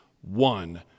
one